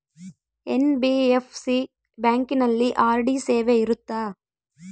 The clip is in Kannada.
ಎನ್.ಬಿ.ಎಫ್.ಸಿ ಬ್ಯಾಂಕಿನಲ್ಲಿ ಆರ್.ಡಿ ಸೇವೆ ಇರುತ್ತಾ?